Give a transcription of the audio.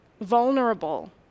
vulnerable